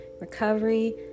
recovery